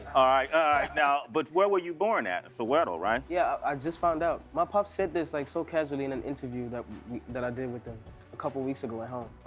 ah, now but where were you born at? soweto, right? yeah, i just found out. my pop said this like so casually in an interview that that i did with him a couple weeks ago at home.